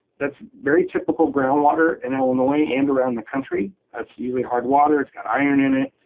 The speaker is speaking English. that's very typical groundwater in illinois and around the country. that's usually hard water. it's got iron in it,